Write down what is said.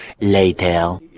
Later